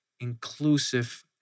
inclusive